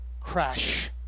crash